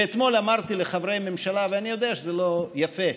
ואתמול אמרתי לחברי הממשלה, ואני יודע שזה לא יפה,